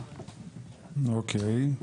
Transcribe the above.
8,830. אוקיי.